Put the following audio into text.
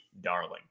darling